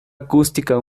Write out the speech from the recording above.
acústica